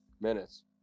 minutes